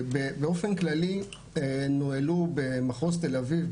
באופן כללי נוהלו במחוז תל אביב,